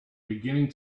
beginning